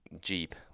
Jeep